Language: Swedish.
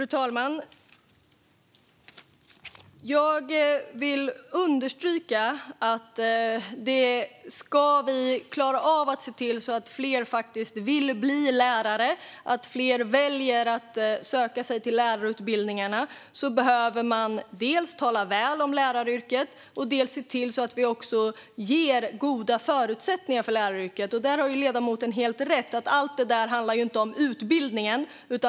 Fru talman! Jag vill understryka att om vi ska klara av att få fler att vilja bli lärare, att fler ska välja att söka sig till lärarutbildningarna, behöver vi dels tala väl om läraryrket, dels se till att ge goda förutsättningar för läraryrket. Ledamoten har helt rätt i att inte allt handlar om utbildningen.